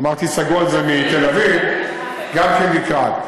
אמרתי סגול, זה מתל-אביב, גם כן לקראת.